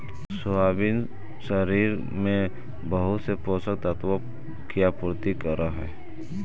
soybean शरीर में बहुत से पोषक तत्वों की आपूर्ति करअ हई